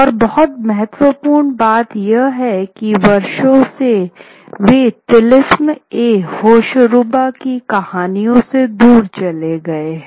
और बहुत महत्वपूर्ण बात यह है की वर्षों से वे तिलिस्म ए होशरूबा की कहानियों से दूर चले गए हैं